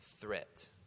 threat